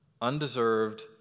Undeserved